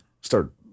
start